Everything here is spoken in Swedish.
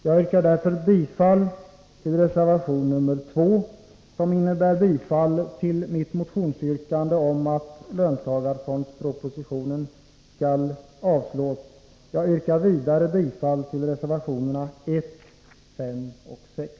Jag yrkar därför bifall till reservation 2, som innebär bifall till mitt motionsyrkande om att löntagarpropositionen skall avslås. Jag yrkar vidare bifall till reservationerna 1, 5 och 6.